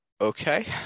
Okay